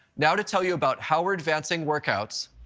now to tell you about how we're advancing workouts,